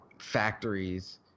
factories